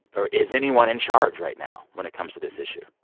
or is anyone in charge right now when it comes to this issue?